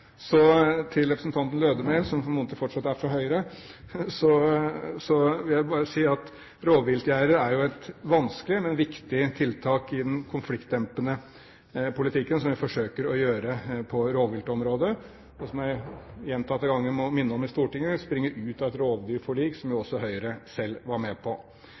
Til representanten Lødemel, som formodentlig fortsatt er fra Høyre, vil jeg bare si at rovviltgjerder er et vanskelig, men viktig tiltak i den konfliktdempende politikken som vi forsøker å føre på rovviltområdet, og som jeg gjentatte ganger i Stortinget må minne om springer ut av et rovdyrforlik som også Høyre selv var med på.